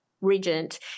Regent